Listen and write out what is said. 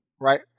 right